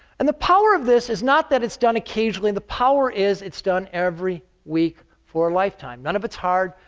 and the power of this is not that it's done occasionally, the power is it's done every week for a lifetime. none of it's hard.